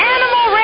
Animal